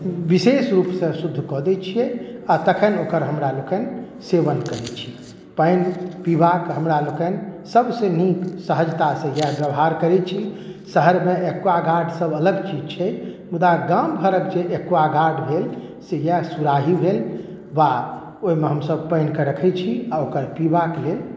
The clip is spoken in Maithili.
विशेष रूपसंँ शुद्ध कऽ दै छियै आ तखनि ओकर हमरा लोकनि सेवन करैत छियै पानि पीबाक हमरा लोकनि सबसे नीक सहजता से इएह व्यवहार करैत छी शहरमे एक्वागार्ड सब अलग चीज छै मुदा गाम घरक जे एक्वागार्ड भेल से इएह सुराही भेल वा ओहिमे हमसब पानिके रखैत छी आ ओकरा पीबाक लेल